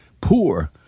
poor